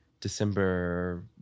December